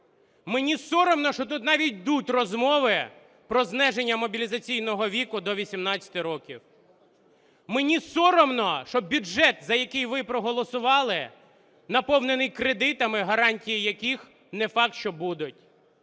Мені соромно, що тут навіть йдуть розмови про зниження мобілізаційного віку до 18 років. Мені соромно, що бюджет, за який ви проголосували, наповнений кредитами, гарантії яких не факт, що будуть.